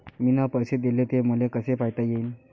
मिन पैसे देले, ते मले कसे पायता येईन?